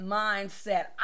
mindset